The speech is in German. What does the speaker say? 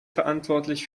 verantwortlich